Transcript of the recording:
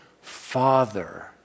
father